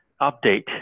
update